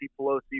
Pelosi